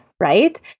right